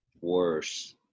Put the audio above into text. worse